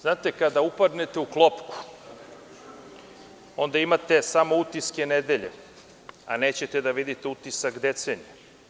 Znate, kada upadnete u klopku, onda imate samo utiske nedelje, a nećete da vidite utisak decenije.